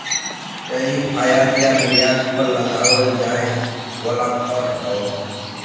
tariff आयात या निर्यात पर लगावल जाये वाला कर हौ